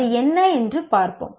அது என்ன என்று பார்ப்போம்